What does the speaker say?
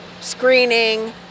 screening